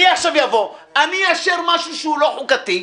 אני עכשיו אאשר משהו שהוא לא חוקתי,